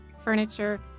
furniture